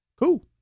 cool